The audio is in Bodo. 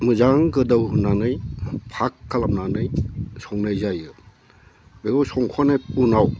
मोजां गोदौहोनानै फाख खालामनानै संनाय जायो बेखौ संखानाय उनाव